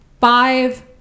five